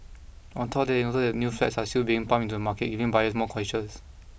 on top of that they noted that new flats are still being pumped into the market giving buyers more choices